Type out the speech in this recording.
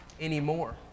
anymore